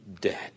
dead